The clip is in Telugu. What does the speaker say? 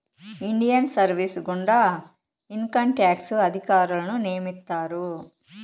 ఇండియన్ సర్వీస్ గుండా ఇన్కంట్యాక్స్ అధికారులను నియమిత్తారు